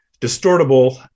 distortable